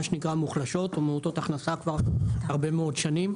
שנקרא מוחלשות או מעוטות הכנסה כבר הרבה מאוד שנים.